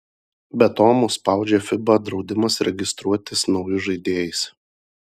be to mus spaudžia fiba draudimas registruotis naujus žaidėjais